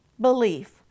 belief